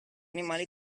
animali